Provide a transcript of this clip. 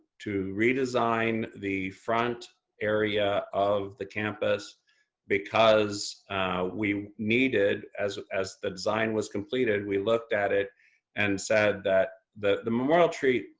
redesign the front area of the campus because we needed, as as the design was completed, we looked at it and said that the the memorial tree,